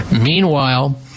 Meanwhile